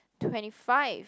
twenty five